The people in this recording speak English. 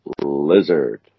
Lizard